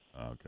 Okay